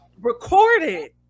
recorded